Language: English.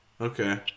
Okay